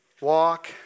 walk